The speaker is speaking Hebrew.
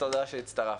תודה שהצטרפת.